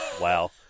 Wow